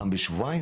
פעם בשבועיים.